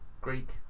Greek